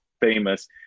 famous